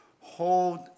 hold